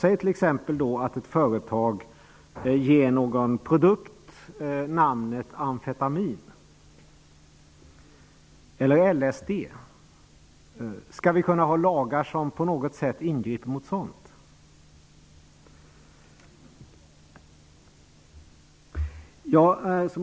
Det kan vara så att ett företag ger en produkt namnet Amfetamin eller LSD. Skall vi kunna ha lagar som på något sätt ingriper mot sådant?